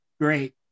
great